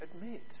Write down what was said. admit